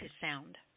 sound